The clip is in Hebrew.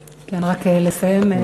כן, רק לסיים.